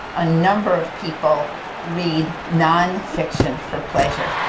a number of people read nonfiction for pleasure.